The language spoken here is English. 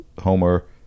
Homer